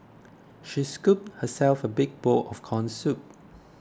she scooped herself a big bowl of Corn Soup